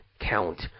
count